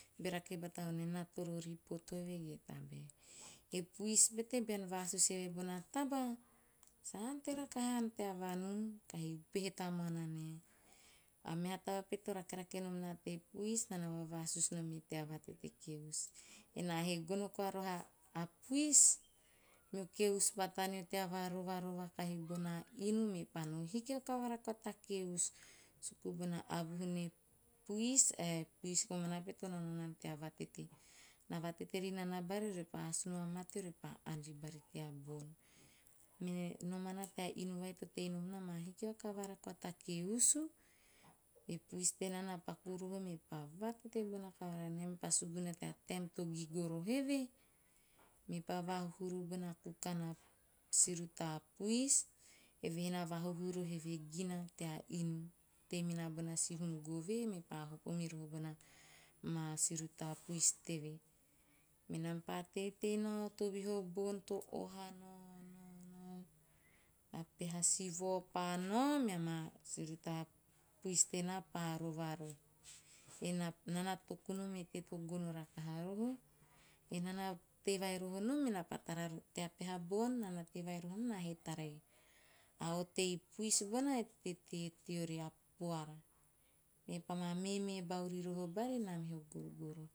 Be rake bata vonaen naa toro ripoto eve ge tabae. E puis pete bean vasusu eve bona taba, sa ante rakaha haana tea vanun, kahi upehe tamuana nae. A meha taba me to rake rake nom na to puis, naa na vavasusu nom eve tea vatete keusu. Enaa he gono koa roho e puis, meo keusupa taneo tea varovarova kahi bona inu, mepa no hiki vakavara ta keusu suku bona avuhu ne puis ae e puis komana pete to naonao nana tea vatete. Na vatete rinana bari repa, asun va mate, repa ann ribari tea bon. Me nomana tea inu vai to tei nom nam a hiki vakavara ta keusu. E puisi tenaa na paku roho me pa vatete bona kavara nae mepa suguna tea taem to gigo roho eve, mepa vahuhu roho bona kukan a siruta puis. Eve he na vahuhu roho bona gina tea inu, teiminana bona siruta hum gove me pa hopo miroho bona ma siruta puis teve. Menam pa teitei nao, tovihi o bon to oha nao nao nao, a peha sivao pa nao mea ma siruta puis tenaa pa rova roho. Enaa na toku nom e teie to gono rakaha roho? Ena na tei vai roho nom naa he tara a otei puis bona e tetee teori a puara. Mepa ma meme bau riroho bari nam he o gorgoroho.